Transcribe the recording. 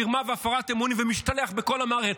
מרמה והפרת אמונים ומשתלח בכל המערכת?